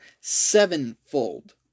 sevenfold